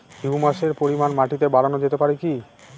হিউমাসের পরিমান মাটিতে বারানো যেতে পারে কি?